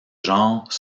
genre